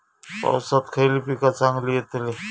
पावसात खयली पीका चांगली येतली?